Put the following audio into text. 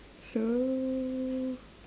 so